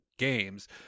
games